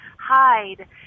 hide